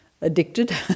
addicted